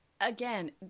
again